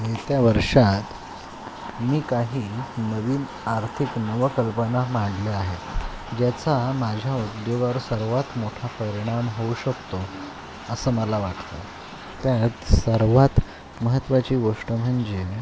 येत्या वर्षात मी काही नवीन आर्थिक नवकल्पना मांडल्या आहेत ज्याचा माझ्या उद्योगावर सर्वात मोठा परिणाम होऊ शकतो असं मला वाटतं त्यात सर्वात महत्त्वाची गोष्ट म्हणजे